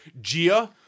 Gia